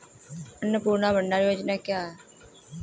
अन्नपूर्णा भंडार योजना क्या है?